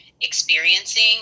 experiencing